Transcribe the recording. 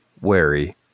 wary